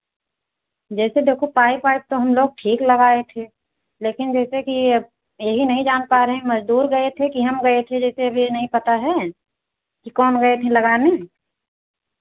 जैसे देखो पाइप वाइप तो हम लोग ठीक लगाए थे लेकिन जैसे कि अब यही नहीं जान पा रहे हैं मज़दूर गए थे कि हम गए थे जैसे अब ये नहीं पता है कि कौन गए थे लगाने